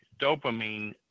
dopamine